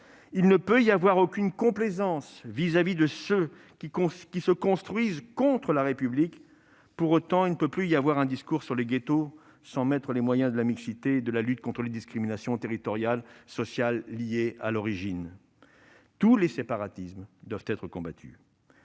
Il ne peut y avoir aucune complaisance à l'égard de ceux qui se construisent contre la République. Pour autant, il ne peut plus y avoir un discours sur les ghettos sans consacrer les moyens nécessaires à la mixité et à la lutte contre les discriminations territoriales, sociales, d'origine. Tous les séparatismes doivent être combattus.